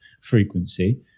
frequency